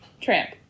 Tramp